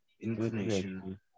inclination